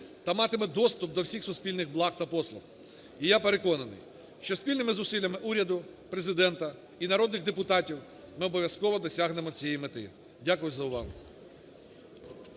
та матиме доступ до всіх суспільних благ та послуг. І я переконаний, що спільними зусиллями уряду, Президента і народних депутатів ми обов'язково досягнемо цієї мети. Дякую за увагу.